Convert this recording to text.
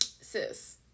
Sis